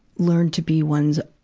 learn to be one's,